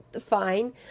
fine